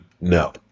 no